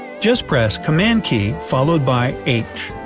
just press command key followed by h.